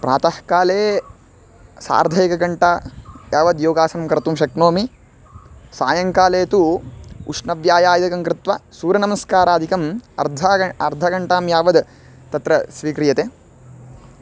प्रातःकाले सार्ध एकघण्टा यावद् योगासनं कर्तुं शक्नोमि सायङ्काले तु उष्णव्यायामादिकङ्कृत्वा सूर्यनमस्कारादिकम् अर्धाघ् अर्धघण्टां यावद् तत्र स्वीक्रियते